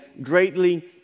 greatly